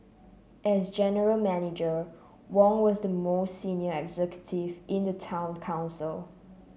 as general Manager Wong was the most senior executive in the town council